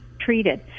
treated